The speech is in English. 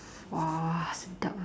!wah! sedap